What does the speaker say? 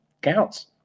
counts